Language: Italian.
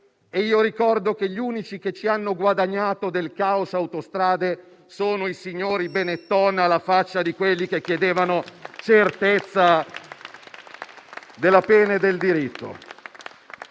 ricordo che gli unici che hanno guadagnato dal caos autostrade sono i signori Benetton, alla faccia di quelli che chiedevano certezza della pena e del diritto!